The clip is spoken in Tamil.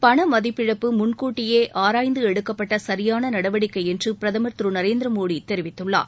பணமதிப்பிழப்பு முன்கூட்டியே ஆராய்ந்து எடுக்கப்பட்ட சரியான நடவடிக்கை என்று பிரதமர் திரு நரேந்திர மோடி தெரிவித்துள்ளார்